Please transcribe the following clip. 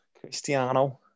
Cristiano